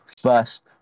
first